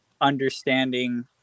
understanding